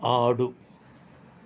ఆడు